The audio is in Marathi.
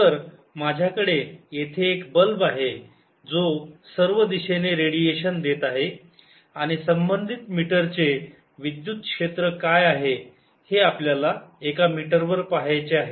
तर माझ्याकडे येथे एक बल्ब आहे जो सर्व दिशेने रेडिएशन देत आहे आणि संबंधित मीटरचे विद्युत क्षेत्र काय आहे हे आपल्याला एका मीटरवर पहायचे आहे